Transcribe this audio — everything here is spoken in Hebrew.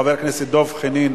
חבר הכנסת דב חנין,